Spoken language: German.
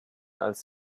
als